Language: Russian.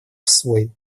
свой